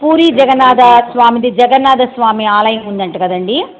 పూరి జగన్నాథ స్వామిది జగన్నాద స్వామి ఆలయం ఉందంట కదండీ